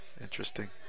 Interesting